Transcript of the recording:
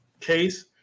case